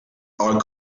are